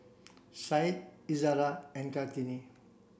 Syed Izzara and Kartini